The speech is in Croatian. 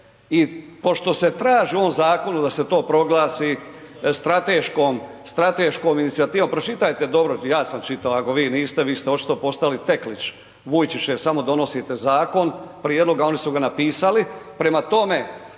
i pošto se traži u ovom zakonu da se to proglasi strateškom, strateškom inicijativom, pročitajte dobro, ja sam čitao ako vi niste, vi ste očito postali teklić Vujčićev, samo donosite zakon, prijedloga, a oni su ga napisali, prema tome,